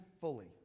fully